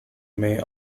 may